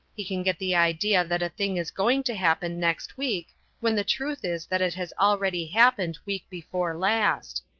he can get the idea that a thing is going to happen next week when the truth is that it has already happened week before last.